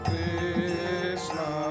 Krishna